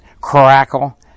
crackle